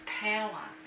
power